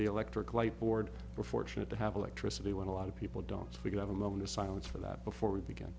the electric light board we're fortunate to have electricity when a lot of people don't we can have a moment of silence for that before we begin